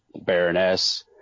Baroness